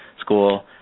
school